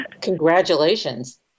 Congratulations